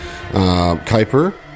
Kuiper